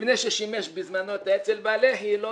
מבנה ששימש בזמנו את האצ"ל והלח"י, לא